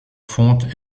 fontes